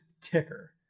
ticker